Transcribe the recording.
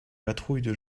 patrouilles